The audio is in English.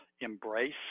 embrace